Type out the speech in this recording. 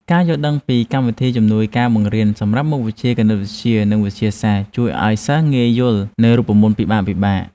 ការយល់ដឹងពីកម្មវិធីជំនួយការបង្រៀនសម្រាប់មុខវិជ្ជាគណិតវិទ្យានិងវិទ្យាសាស្ត្រជួយឱ្យសិស្សងាយយល់នូវរូបមន្តពិបាកៗ។